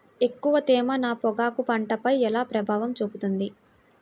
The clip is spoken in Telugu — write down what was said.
ఎక్కువ తేమ నా పొగాకు పంటపై ఎలా ప్రభావం చూపుతుంది?